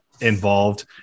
involved